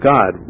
God